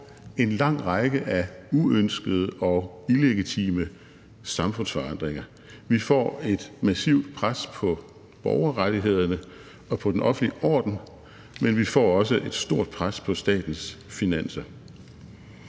en lang række af uønskede og illegitime samfundsforandringer. Vi får et massivt pres på borgerrettighederne og på den offentlige orden, men vi får også et stort pres på statens finanser,